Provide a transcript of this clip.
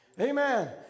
Amen